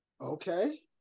okay